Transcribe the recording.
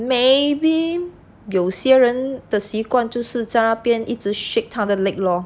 maybe 有些人的习惯就是在那边一直 shake 他的 leg lor